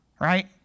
right